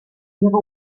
ihre